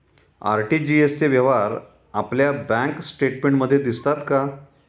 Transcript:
RTGS चे व्यवहार आपल्या बँक स्टेटमेंटमध्ये दिसतात का?